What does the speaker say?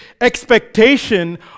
expectation